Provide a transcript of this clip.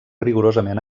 rigorosament